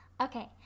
Okay